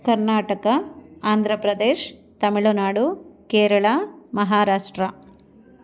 Karnataka Andhra Pradesh Tamil Nadu Kerala Maharashtra